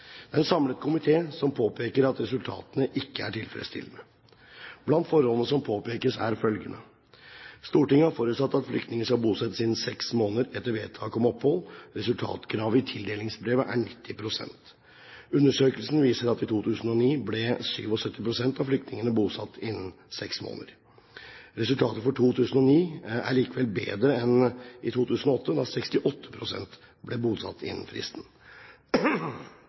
Det er en samlet komité som påpeker at resultatene ikke er tilfredsstillende. Blant forholdene som påpekes, er følgende: Stortinget har forutsatt at flyktninger skal bosettes innen seks måneder etter vedtak om opphold. Resultatkravet i tildelingsbrevet er 90 pst. Undersøkelsen viser at i 2009 ble 77 pst. av flyktningene bosatt innen seks måneder. Resultatet for 2009 er likevel bedre enn i 2008, da 68 pst. ble bosatt innen fristen.